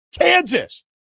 Kansas